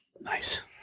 Nice